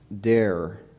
dare